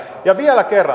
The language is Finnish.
ja vielä kerran